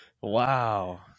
wow